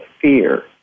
fear